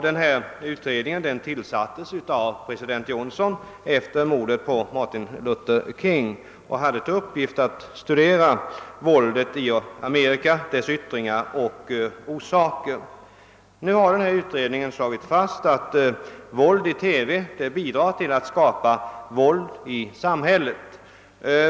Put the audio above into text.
Den utredningen tillsattes av president Johnson efter mordet på Martin Luther King och hade till uppgift att studera våldet i Amerika, dess yttringar och orsaker. Nu har utredningen slagit fast att våld i TV bidrar till att skapa våld i samhället.